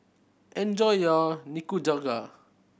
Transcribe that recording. enjoy your Nikujaga